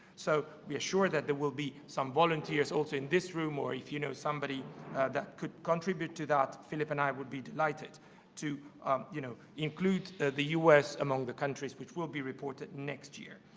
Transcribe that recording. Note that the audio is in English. so be assured that there will be some volunteers also in this room, or if you know somebody that could contribute to that, philip and i would be delighted to you know include the u s. among the countries which will be reported next year.